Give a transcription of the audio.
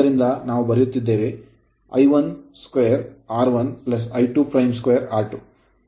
ಆದ್ದರಿಂದ ನಾವು ಬರೆಯುತ್ತಿರುವುದು I22 R1 I22 R2